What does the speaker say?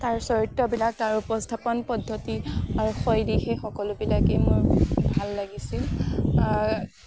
তাৰ চৰিত্ৰবিলাক তাৰ উপস্থাপন পদ্ধতি আৰু শৈলী সেই সকলোবিলাকেই মোৰ ভাল লাগিছিল